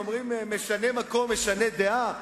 אומרים: משנה מקום משנה דעה.